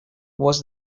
was